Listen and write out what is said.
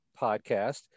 podcast